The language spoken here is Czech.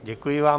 Děkuji vám.